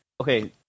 Okay